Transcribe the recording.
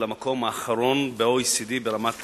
המקום האחרון ב-OECD ברמת